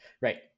right